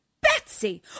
Betsy